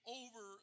over